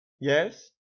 yes